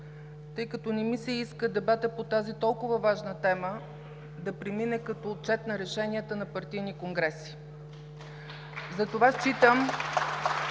тъй като не ми се иска дебатът по тази толкова важна тема да премине като отчет на решенията на партийни конгреси. (Ръкопляскания.)